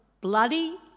bloody